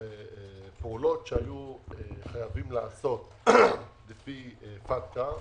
פעולות שהיו חייבים לעשות לפי פטקא,